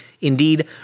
Indeed